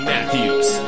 Matthews